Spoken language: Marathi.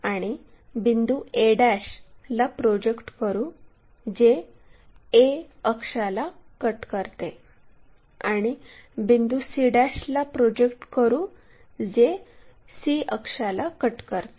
आणि बिंदू a ला प्रोजेक्ट करू जे a अक्षाला कट करते आणि बिंदू c ला प्रोजेक्ट करू जे c अक्षाला कट करते